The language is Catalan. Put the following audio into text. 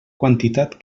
quantitat